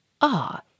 Ah